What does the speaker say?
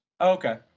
Okay